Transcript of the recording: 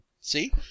See